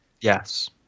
Yes